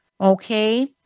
okay